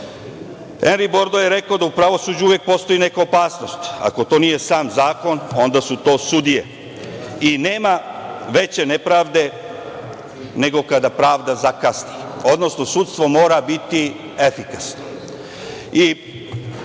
Bordo je rekao da u pravosuđu uvek postoji neka opasnost, ako to nije sam zakon, onda su to sudije i nema veće nepravde nego kada pravda zakasni, odnosno sudstvo mora biti efikasno.